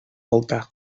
altar